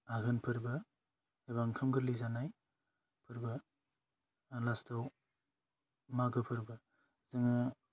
आगोन फोरबो एबा ओंखाम गोरलै जानाय फोरबो लास्थआव मागो फोरबो जोङो